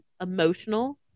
emotional